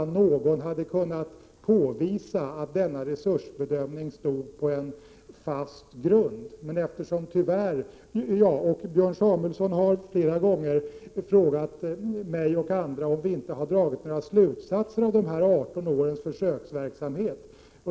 om någon bara hade kunnat påvisa att denna resursbedömning stod på en fast grund. Björn Samuelson har flera gånger frågat mig och andra om vi inte har dragit några slutsatser av dessa 18 års försöksverksamhet.